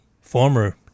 former